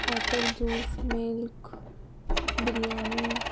apple juice milk biryani